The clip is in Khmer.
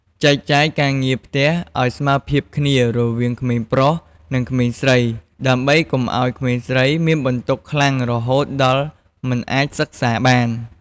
ចែកចាយការងារផ្ទះឱ្យស្មើភាពគ្នារវាងក្មេងប្រុស និងក្មេងស្រី ដើម្បីកុំឱ្យក្មេងស្រីមានបន្ទុកខ្លាំងរហូតដល់មិនអាចសិក្សាបាន។